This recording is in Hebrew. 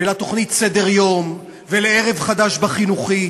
ולתוכנית "סדר יום" ול"ערב חדש" בחינוכית,